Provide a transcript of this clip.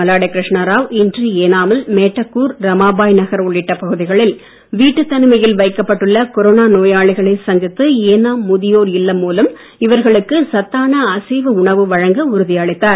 மல்லாடி கிருஷ்ணாராவ் இன்று ஏனாமில் மேட்டக்கூர் ரமாபாய் நகர் உள்ளிட்ட பகுதிகளில் வீட்டுத் தனிமையில் வைக்கப்பட்டுள்ள கொரோனா நோயாளிகளைச் சந்தித்து ஏனாம் முதியோர் இல்லம் மூலம் இவர்களுக்கு சத்தான அசைவ உணவு வழங்க உறுதி அளித்தார்